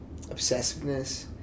obsessiveness